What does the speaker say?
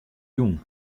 jûn